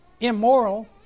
immoral